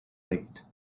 late